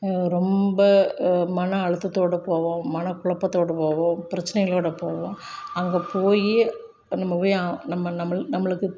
ரொம்ப மன அழுத்தத்தோட போவோம் மன குழப்பத்தோடு போவோம் பிரச்சனைகளோடு போவோம் அங்கே போய் நம்ம போய் நம்ம நம்ம நம்மளுக்கு